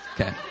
Okay